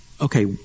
okay